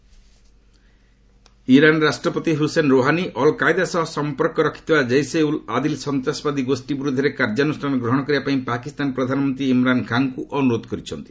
Iran Pak Iran ରାଷ୍ଟ୍ରପତି Hassan Rouhani Al Qaeda ସହ ସମ୍ପର୍କିତ ଜୈସେ ଉଲ୍ ଆଦିଲ ସନ୍ତାସବାଦୀ ଗୋଷ୍ଠୀ ବିରୁଦ୍ଧରେ କାର୍ଯ୍ୟାନୁଷ୍ଠାନ ଗ୍ରହଣ କରିବା ପାଇଁ ପାକିସ୍ତାନ ପ୍ରଧାନମନ୍ତ୍ରୀ ଇମ୍ରାନ୍ ଖାଁଙ୍କୁ ଅନୁରୋଧ କରିଛନ୍ତି